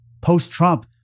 post-Trump